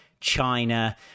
China